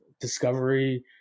discovery